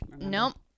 Nope